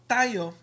tayo